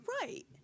Right